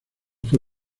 fue